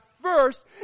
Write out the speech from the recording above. first